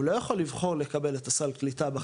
הוא לא יכול לבחור לקבל את הסל קליטה,